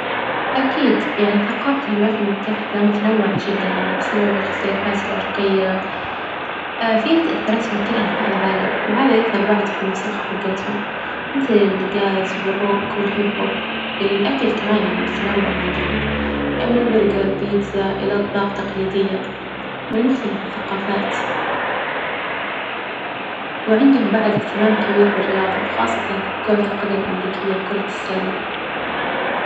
أكيد يعني ثقافة الولايات المتحدة متنوعة جدا، يعني بسبب الإختلافات العرقية فيها تأثيرات من كل أنحاء العالم، وهذا يظهر بعد في الموسيقى حجتهم مثل الجاز والروك والهيب هوب، الأكل كمان يعني متنوع عندهم من برجر، بيتزا إلى أطباق تقليدية من مختلف الثقافات، وعندهم بعد إهتمام كبير بالرياضة خاصة كر- كرة القدم الأمريكية وكرة السلة.